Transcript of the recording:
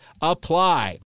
apply